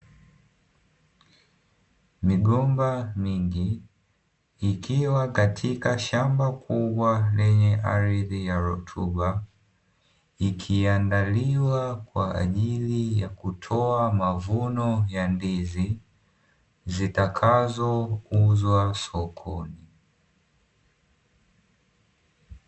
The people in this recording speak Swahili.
Migomba mingi, ikiwa katika shamba kubwa lenye ardhi ya rutuba, ikiandaliwa kwa ajili ya kutoa mavuno ya ndizi, zitakazouzwa sokoni.